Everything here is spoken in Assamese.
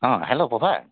অ হেল্ল' প্ৰভাত